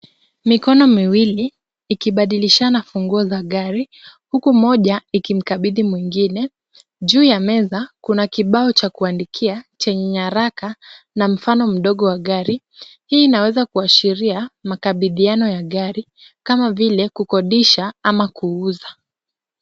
Mikono miwili ikibadilishana funguo za gari huku moja ikimkabidhi mwingine. Juu ya meza kuna kibao cha kuandikia chenye araka na mfano mdogo wa gari. Hii inaweza kuashiria makabidhiano ya gari kama vile kukodisha ama kuuza.